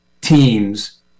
teams